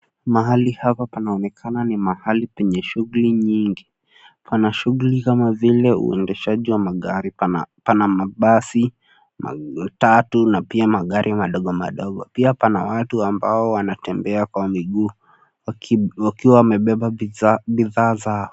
Mahali hapa panaonekeana ni mahali penye shughuli nyingi. Pana shughuli kama vile uendeshaji wa magari. Pana mabasi, matatu na pia magari madogo madogo. Pia pana watu ambao wanatembea kwa miguu wakiwa wamebeba bidhaa zao.